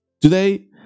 Today